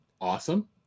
awesome